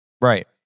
Right